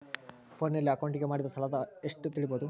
ಫೋನಿನಲ್ಲಿ ಅಕೌಂಟಿಗೆ ಮಾಡಿದ ಸಾಲ ಎಷ್ಟು ತಿಳೇಬೋದ?